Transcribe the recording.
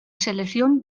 selección